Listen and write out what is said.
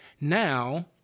Now